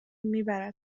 میبرد